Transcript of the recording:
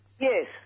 Yes